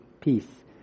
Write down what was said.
peace